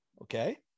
Okay